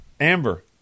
Amber